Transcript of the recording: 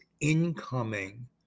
incoming